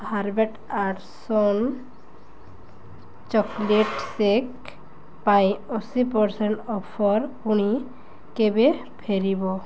Harvest and sons chocolate shake ପାଇଁ ଅଶୀ percent offer ପୁଣି କେବେ ଫେରିବ